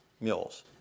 mules